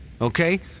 Okay